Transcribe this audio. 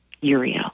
Uriel